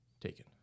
taken